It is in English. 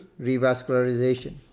revascularization